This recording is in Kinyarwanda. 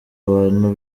abantu